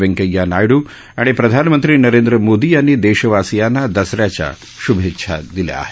वेंकैया नायडू आणि प्रधानमंत्री नरेंद्र मोदी यांनी देशवासीयांना दसऱ्याचा श्भेच्छा दिल्या आहेत